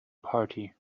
party